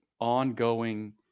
ongoing